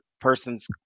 person's